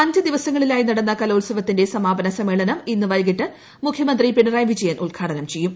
അഞ്ച് ദിവസങ്ങളിലായി നടന്ന കലോത്സവത്തിന്റെ സമാപന സമ്മേളനം ഇന്ന് വൈകിട്ട് മുഖ്യമന്ത്രി പിണറായി വിജയൻ ഉദ്ഘാടനം ചെയ്യും